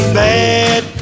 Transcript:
bad